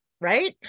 Right